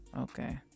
Okay